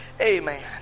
Amen